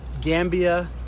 Gambia